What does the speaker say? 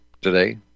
today